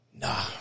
Nah